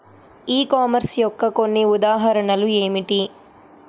ఈ కామర్స్ యొక్క కొన్ని ఉదాహరణలు ఏమిటి?